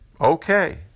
Okay